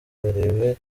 barebe